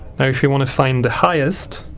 now if you want to find the highest,